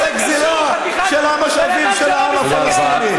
את הגזלה של המשאבים של העם הפלסטיני.